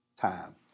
time